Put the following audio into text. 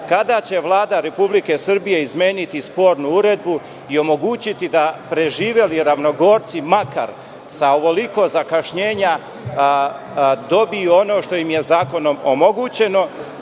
kada će Vlada Republike Srbije izmeniti spornu uredbu i omogućiti da preživeli ravnogorci, makar sa ovoliko zakašnjenja, dobiju ono što im je zakonom omogućeno? Drugo,